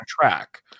track